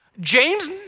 James